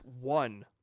one